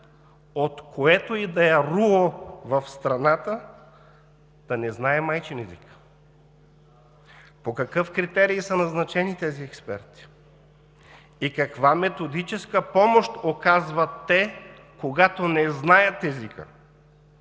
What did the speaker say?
от което и да е РУО в страната да не знае майчин език? По какъв критерий са назначени тези експерти и каква методическа помощ оказват те, когато не знаят езика?